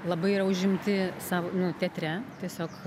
labai yra užimti savo nu teatre tiesiog